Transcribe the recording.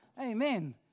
Amen